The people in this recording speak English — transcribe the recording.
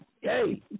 Hey